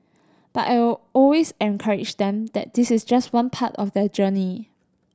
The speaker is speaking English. but I always encourage them that this is just one part of their journey